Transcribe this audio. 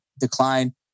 decline